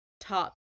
top